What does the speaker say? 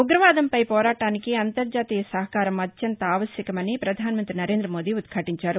ఉగ్రవాదంపై పోరాటానికి అంతర్హతీయ సహకారం అత్యంత ఆవశ్యకమని పధాన మంత్రి నరేంద్ర మోదీ ఉదాటించారు